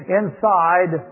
inside